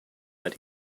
that